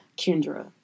Kendra